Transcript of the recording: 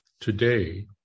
today